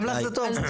גם לךְ זה טוב?